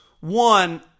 one